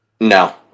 No